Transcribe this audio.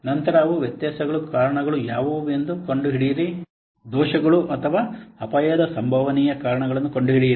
ನಂತರ ಅವು ವ್ಯತ್ಯಾಸಗಳ ಕಾರಣಗಳು ಯಾವುವು ಎಂದು ಕಂಡುಹಿಡಿಯಿರಿ ದೋಷಗಳು ಅಥವಾ ಅಪಾಯದ ಸಂಭವನೀಯ ಕಾರಣಗಳನ್ನು ಕಂಡುಹಿಡಿಯಿರಿ